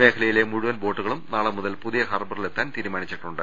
മേഖലയിലെ മുഴുവൻ ബോട്ടുകളും നാളെ മുതൽ പുതിയ ഹാർബറിലെത്താൻ തീരുമാനിച്ചിട്ടുണ്ട്